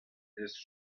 deus